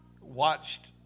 watched